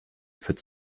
führt